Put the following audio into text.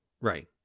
Right